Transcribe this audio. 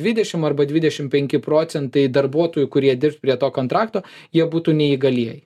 dvidešim arba dvidešim penki procentai darbuotojų kurie dirbs prie to kontrakto jie būtų neįgalieji